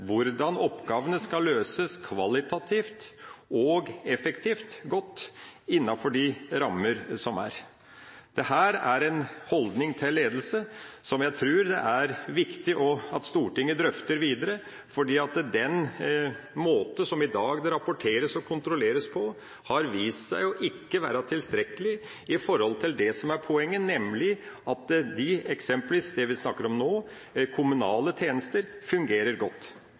hvordan oppgavene skal løses kvalitativt og effektivt godt innenfor de rammer som er. Dette er en holdning til ledelse som jeg tror det er viktig at Stortinget drøfter videre, fordi den måten som det i dag rapporteres og kontrolleres på, har vist seg ikke å være tilstrekkelig med hensyn til det som er poenget, nemlig at eksempelvis det vi snakker om nå, kommunale tjenester, fungerer godt.